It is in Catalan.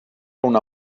una